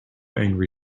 angry